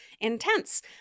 intense